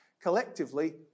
Collectively